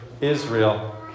Israel